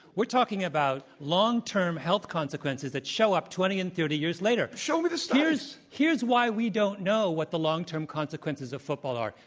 we're talking about long-term health consequences that show up twenty and thirty years later. show me the studies. here's why we don't know what the long-term consequences of football are,